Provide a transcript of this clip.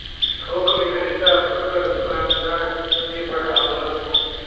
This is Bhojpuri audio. थोक विक्रेता फुटकर दूकानदार के बढ़ावलन